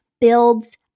builds